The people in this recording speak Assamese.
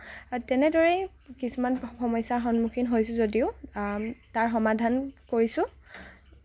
তেনেদৰে কিছুমান সমস্যাৰ সন্মুখীন হৈছোঁ যদিও তাৰ সমাধান কৰিছো